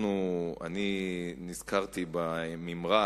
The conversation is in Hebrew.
נזכרתי בממרה.